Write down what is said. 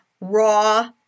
raw